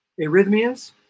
arrhythmias